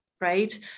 right